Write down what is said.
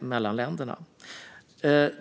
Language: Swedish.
mellan länderna.